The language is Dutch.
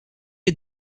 het